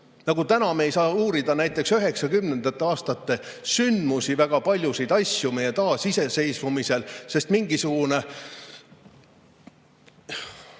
Ja täna me ei saa uurida näiteks 1990. aastate sündmusi, väga paljusid asju meie taasiseseisvumisel, sest mingisugune